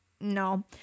no